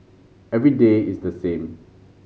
every day is the same